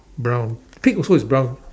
brown pig also is brown